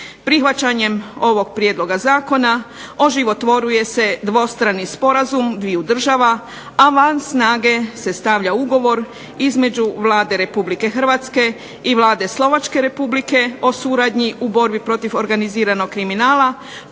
Prihvaćanjem ovog prijedloga zakona oživotvoruje se dvostrani sporazum dviju država, a van snage se stavlja ugovor između Vlade Republike Hrvatske i Vlade Slovačke Republike o suradnji u borbi protiv organiziranog kriminala